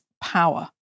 power